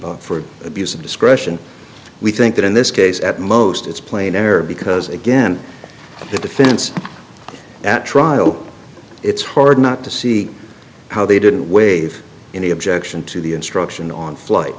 for abuse of discretion we think that in this case at most it's plain error because again the defense at trial it's hard not to see how they didn't waive any objection to the instruction on flight